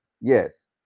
Yes